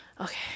okay